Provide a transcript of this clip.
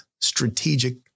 strategic